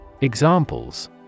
Examples